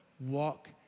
walk